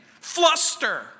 fluster